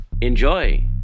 enjoy